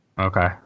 Okay